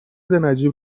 نجیب